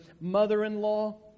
mother-in-law